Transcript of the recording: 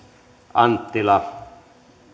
anttila